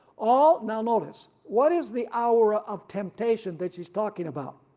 all, now notice what is the hour of temptation that she's talking about?